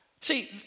See